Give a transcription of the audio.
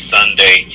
Sunday